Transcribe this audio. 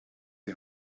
die